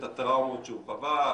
את הטראומות שהוא חווה,